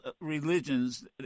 religions